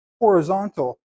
horizontal